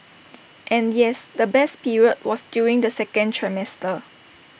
and yes the best period was during the second trimester